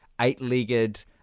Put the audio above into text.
eight-legged